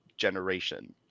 generation